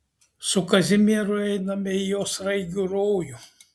su kazimieru einame į jo sraigių rojų